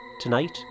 Tonight